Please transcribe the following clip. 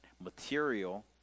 material